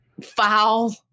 foul